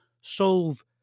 solve